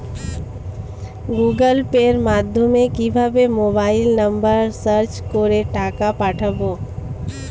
Google Pay মাধ্যমে কিভাবে mobile number search করে টাকা পাঠাবো?